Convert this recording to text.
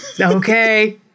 Okay